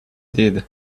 did